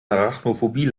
arachnophobie